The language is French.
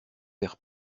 verres